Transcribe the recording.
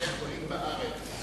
לבתי-חולים בארץ.